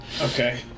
Okay